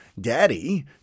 Daddy